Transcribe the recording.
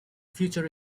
future